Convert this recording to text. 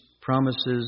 promises